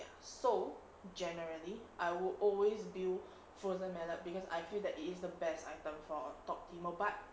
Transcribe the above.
ya so generally I will always build frozen mallet because I feel that it is the best item for top teemo but